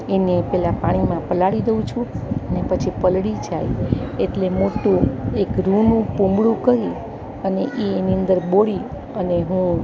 એને પહેલા પાણીમાં પલાળી દવ છું અને પછી પલળી જાય એટલે મોટું એક રૂનું પૂમડું કરી અને એની અંદર બોળી અને હું